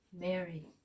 Mary